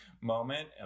moment